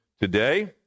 today